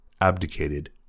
abdicated